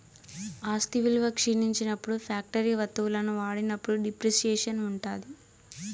ఆస్తి విలువ క్షీణించినప్పుడు ఫ్యాక్టరీ వత్తువులను వాడినప్పుడు డిప్రిసియేషన్ ఉంటాది